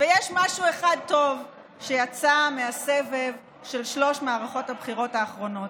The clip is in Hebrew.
ויש משהו אחד טוב שיצא מהסבב של שלוש מערכות הבחירות האחרונות,